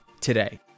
today